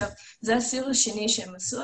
זה היה הסיור השני שהם עשו,